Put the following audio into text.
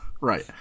Right